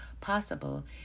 possible